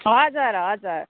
हजुर हजुर